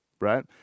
right